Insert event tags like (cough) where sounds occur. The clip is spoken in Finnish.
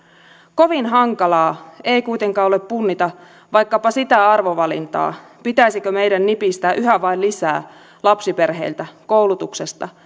kovin hankalaa ei kuitenkaan ole punnita vaikkapa sitä arvovalintaa pitäisikö meidän nipistää yhä vain lisää lapsiperheiltä koulutuksesta (unintelligible)